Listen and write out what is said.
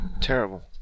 Terrible